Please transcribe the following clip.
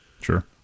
Sure